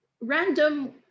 random